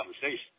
conversation